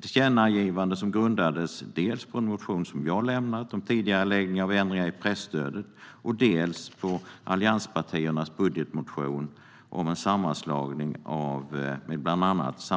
Tillkännagivandet grundades dels på en motion som jag lämnat in om tidigareläggning av ändringar i presstödet, dels på allianspartiernas budgetmotion om en sammanslagning av bland annat